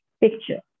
picture